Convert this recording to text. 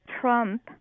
Trump